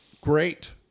Great